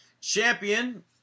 Champion